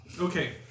Okay